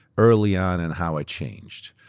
early on and how i changed.